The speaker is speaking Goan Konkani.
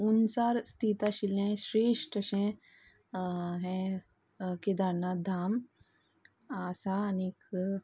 उंचार स्थित आशिल्ले श्रेश्ठ अशें हे केदारनाथ धाम आसा आनीक